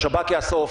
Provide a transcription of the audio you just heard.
שהשב"כ יאסוף,